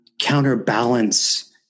counterbalance